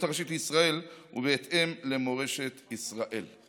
הראשית לישראל ובהתאם למורשת ישראל.